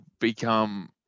become